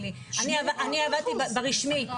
אני עבדתי ברשמי,